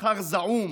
בשכר זעום